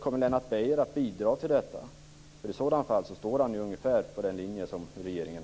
Kommer Lennart Beijer att bidra till detta? I så fall står han på ungefär samma linje som regeringen.